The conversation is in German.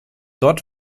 dort